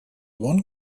one